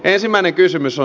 ensimmäinen kysymys on